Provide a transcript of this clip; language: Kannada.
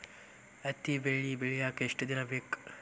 ಹತ್ತಿ ಬೆಳಿ ಬೆಳಿಯಾಕ್ ಎಷ್ಟ ದಿನ ಬೇಕ್?